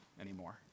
anymore